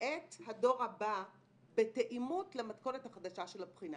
את הדור הבא בתאימות למתכונת החדשה של הבחינה.